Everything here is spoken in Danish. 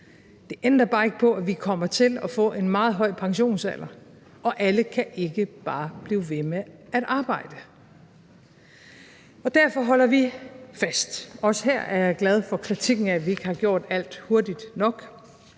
Det ændrer bare ikke på, at vi kommer til at få en meget høj pensionsalder, og alle kan ikke bare blive ved med at arbejde. Og derfor holder vi fast. Også her er jeg glad for kritikken af, at vi ikke har gjort alt hurtigt nok.